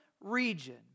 region